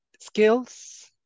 skills